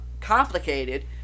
complicated